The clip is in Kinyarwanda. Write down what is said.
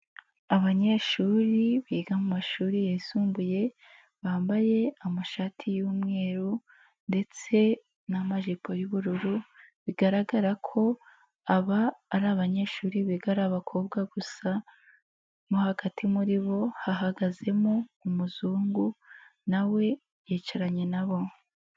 Abanyeshuri biga mu mashuri yisumbuye, bambaye amashati y'umweru ndetse n'amajipo y'ubururu, bigaragara ko aba ari abanyeshuri biga ari abakobwa gusa, mo hagati muri bo hahagazemo umuzungu na we yicaranye na bo.